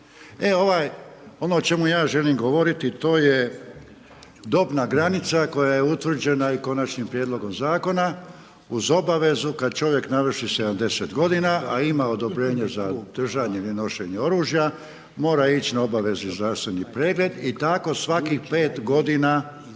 ono o čemu ja želim govoriti to je dobna granica koje je utvrđena i Konačnim prijedlogom zakona uz obavezu kad čovjek navrši 70 godina, a ima odobrenje za držanje ili nošenje oružja mora ići na obavezni zdravstveni pregled i tako svakih 5 godina dok